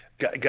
guys